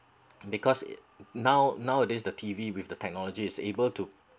because it now nowadays the T_V with the technology is able to